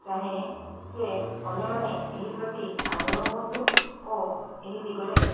ଚାହେଁ ଯେ ଅନ୍ୟମାନେ ଏହି ପ୍ରତି ଆଗ୍ରହ ହୁଅନ୍ତୁ ଓ ଏହି ଦିଗରେ